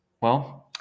Well-